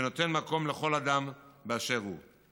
שנותן מקום לכל אדם באשר הוא.